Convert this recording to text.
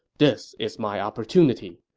this is my opportunity.